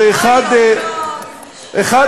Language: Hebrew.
אוי-אוי-אוי.